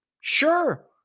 sure